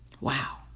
Wow